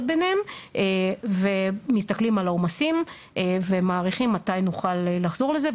ביניהם ומסתכלים על העומסים ומעריכים מתי נוכל לחזור לזה.